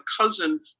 cousin